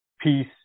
peace